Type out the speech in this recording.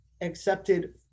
accepted